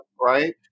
right